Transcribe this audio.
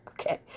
Okay